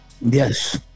Yes